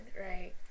right